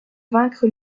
vaincre